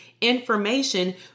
information